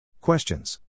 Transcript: Questions